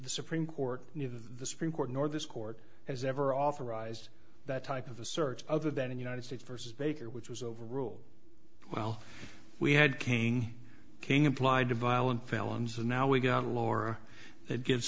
the supreme court the supreme court nor this court has ever authorized that type of a search other than in united states versus baker which was over rule well we had caning king applied to violent felons and now we got